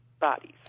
bodies